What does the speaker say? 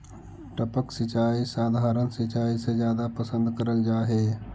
टपक सिंचाई सधारण सिंचाई से जादा पसंद करल जा हे